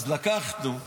אז לקחנו,